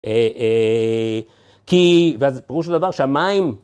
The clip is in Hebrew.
כי, ואז פירוש של דבר, שהמים